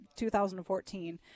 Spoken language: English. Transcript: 2014